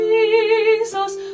Jesus